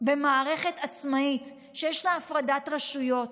במערכת עצמאית שיש לה הפרדת רשויות,